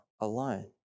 alone